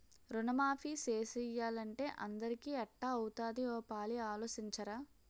రుణమాఫీ సేసియ్యాలంటే అందరికీ ఎట్టా అవుతాది ఓ పాలి ఆలోసించరా